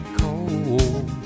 cold